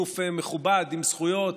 גוף מכובד עם זכויות,